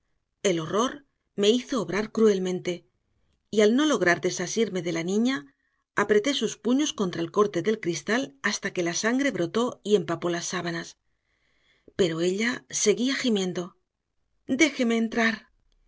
el horror me hizo obrar cruelmente y al no lograr desasirme de la niña apreté sus puños contra el corte del cristal hasta que la sangre brotó y empapó las sábanas pero ella seguía gimiendo déjame entrar